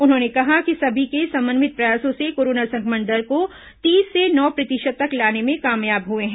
उन्होंने कहा कि सभी के समन्वित प्रयासों से कोरोना संक्रमण दर को तीस से नौ प्रतिशत तक लाने में कामयाब हुए हैं